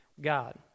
God